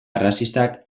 arrazistak